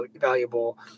valuable